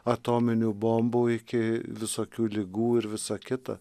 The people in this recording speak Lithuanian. atominių bombų iki visokių ligų ir visa kita